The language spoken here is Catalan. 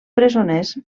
presoners